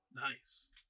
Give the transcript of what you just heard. Nice